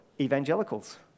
Evangelicals